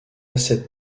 cette